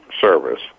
service